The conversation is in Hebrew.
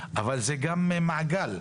אבל זה גם מעגל.